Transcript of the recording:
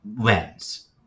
lens